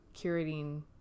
curating